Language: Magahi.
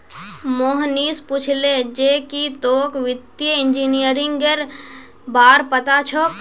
मोहनीश पूछले जे की तोक वित्तीय इंजीनियरिंगेर बार पता छोक